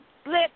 split